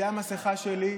זאת המסכה שלי.